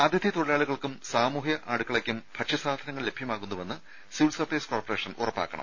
അതിഥി തൊഴിലാളികൾക്കും സാമൂഹ്യ അടുക്കളയ്ക്കും ഭക്ഷ്യ സാധനങ്ങൾ ലഭ്യമാകുന്നുവെന്ന് സിവിൽ സപ്ലൈസ് ഉറപ്പാക്കണം